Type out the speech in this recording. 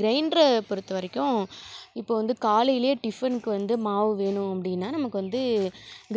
க்ரைண்ட்ரை பொறுத்த வரைக்கும் இப்போது வந்து காலையிலேயே டிஃபனுக்கு வந்து மாவு வேணும் அப்படின்னா நமக்கு வந்து